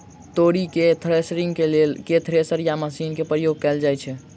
तोरी केँ थ्रेसरिंग केँ लेल केँ थ्रेसर या मशीन केँ प्रयोग कैल जाएँ छैय?